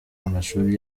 amashuri